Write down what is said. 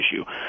issue